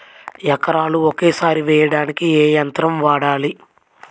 ఎకరాలు ఒకేసారి వేయడానికి ఏ యంత్రం వాడాలి?